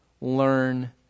learn